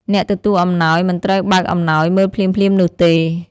អ្នកទទួលអំណោយមិនត្រូវបើកអំណោយមើលភ្លាមៗនោះទេ។